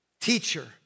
teacher